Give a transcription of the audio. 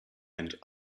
and